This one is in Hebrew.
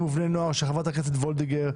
ובני נוער של חברת הכנסת וולדיגר,